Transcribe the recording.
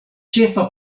ĉefa